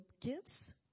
gifts